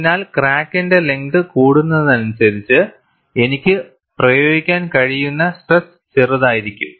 അതിനാൽ ക്രാക്കിന്റെ ലെങ്ത് കൂടുന്നതിനനുസരിച്ച് എനിക്ക് പ്രയോഗിക്കാൻ കഴിയുന്ന സ്ട്രെസ്സ് ചെറുതായിരിക്കും